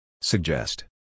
Suggest